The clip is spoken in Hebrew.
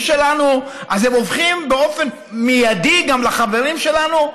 שלנו הם הופכים באופן מיידי לחברים שלנו?